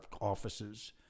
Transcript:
offices